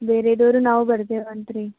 ಬೇರೆದವರು ನಾವು ಬರ್ತೀವಿ ಅಂತ ರಿ